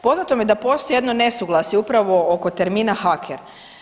Poznato mi je da postoji jedno nesuglasje upravo oko termina haker.